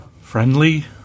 Friendly